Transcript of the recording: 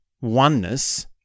oneness